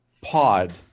pod